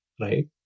right